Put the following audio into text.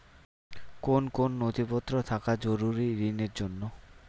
কোন কোন নথিপত্র থাকা জরুরি ঋণের জন্য?